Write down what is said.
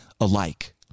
alike